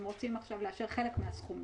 הם רוצים לאשר חלק מהסכום,